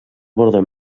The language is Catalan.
borda